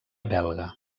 belga